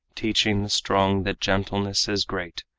teaching the strong that gentleness is great.